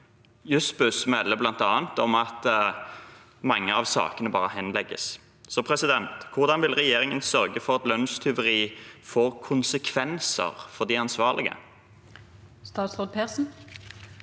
Jussbuss melder bl.a. om at mange av sakene bare henlegges. Hvordan vil regjeringen sørge for at lønnstyveri får konsekvenser for de ansvarlige? Statsråd Marte